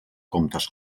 comptes